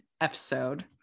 episode